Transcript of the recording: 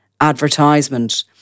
advertisement